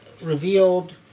revealed